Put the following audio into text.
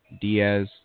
Diaz